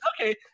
okay